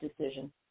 decision